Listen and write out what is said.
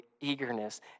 eagerness